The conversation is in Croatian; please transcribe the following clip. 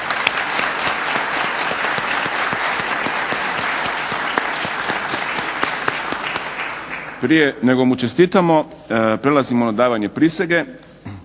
Prije nego mu čestitamo prelazimo na davanje prisege